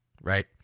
right